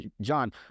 John